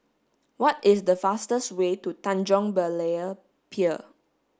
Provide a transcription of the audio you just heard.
what is the fastest way to Tanjong Berlayer Pier